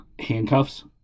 handcuffs